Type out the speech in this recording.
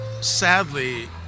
sadly